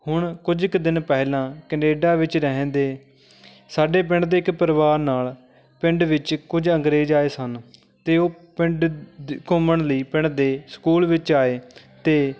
ਹੁਣ ਕੁਝ ਕੁ ਦਿਨ ਪਹਿਲਾਂ ਕਨੇਡਾ ਵਿੱਚ ਰਹਿੰਦੇ ਸਾਡੇ ਪਿੰਡ ਦੇ ਇੱਕ ਪਰਿਵਾਰ ਨਾਲ ਪਿੰਡ ਵਿੱਚ ਕੁਝ ਅੰਗਰੇਜ਼ ਆਏ ਸਨ ਅਤੇ ਉਹ ਪਿੰਡ ਦ ਘੁੰਮਣ ਲਈ ਪਿੰਡ ਦੇ ਸਕੂਲ ਵਿੱਚ ਆਏ ਅਤੇ